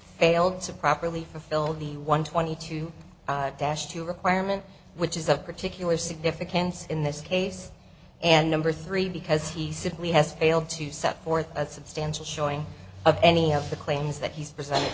failed to properly for fill the one twenty two dash to requirement which is of particular significance in this case and number three because he simply has failed to set forth a substantial showing of any of the claims that he's presented